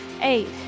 Eight